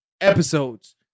Episodes